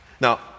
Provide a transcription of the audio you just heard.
Now